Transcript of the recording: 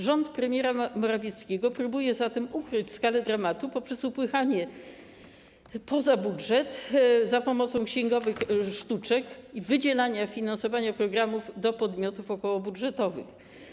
Rząd premiera Morawieckiego próbuje zatem ukryć skalę dramatu poprzez upychanie poza budżet za pomocą księgowych sztuczek i wydzielania finansowania programów, przekazywania tego do podmiotów okołobudżetowych.